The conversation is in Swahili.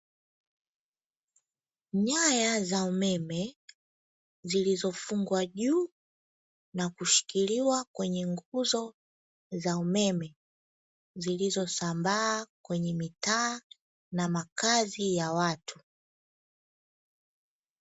Nyaya za umeme zilizofungwa juu na kushikiliwa kwenye nguzo za umeme zilizosambaa kwenye mitaa na makazi ya watu.